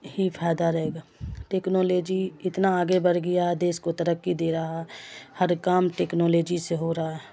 ہی فائدہ رہے گا ٹکنالوجی اتنا آگے بڑھ گیا ہے دیس کو ترقی دے رہا ہر کام ٹیکنالوجی سے ہو رہا ہے